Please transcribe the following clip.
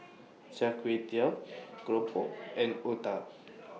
Char Kway Teow Keropok and Otah